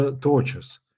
tortures